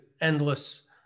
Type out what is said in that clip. endless